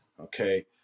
okay